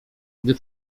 gdy